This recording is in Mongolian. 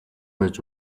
байж